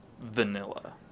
vanilla